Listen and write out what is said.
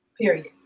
Period